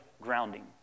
grounding